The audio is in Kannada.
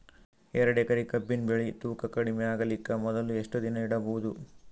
ಎರಡೇಕರಿ ಕಬ್ಬಿನ್ ಬೆಳಿ ತೂಕ ಕಡಿಮೆ ಆಗಲಿಕ ಮೊದಲು ಎಷ್ಟ ದಿನ ಇಡಬಹುದು?